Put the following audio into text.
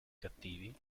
cattivi